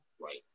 Right